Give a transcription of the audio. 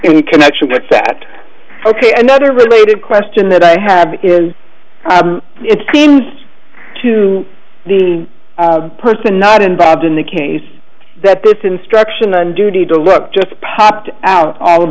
in connection with that ok another related question that i have here it seems to me in person not involved in the case that this instruction on duty to look just popped out all of